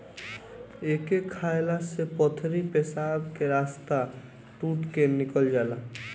एके खाएला से पथरी पेशाब के रस्ता टूट के निकल जाला